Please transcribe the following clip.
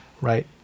right